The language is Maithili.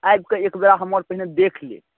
आबिके एकबेरा हमर पहिने देख लेब